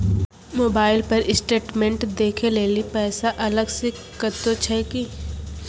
Mobile पर statement देखे लेली पैसा अलग से कतो छै की?